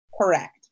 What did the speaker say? Correct